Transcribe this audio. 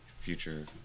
Future